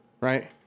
right